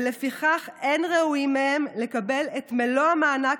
ולפיכך אין ראויים מהם לקבל את מלוא המענק